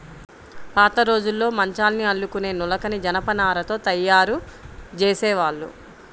పాతరోజుల్లో మంచాల్ని అల్లుకునే నులకని జనపనారతో తయ్యారు జేసేవాళ్ళు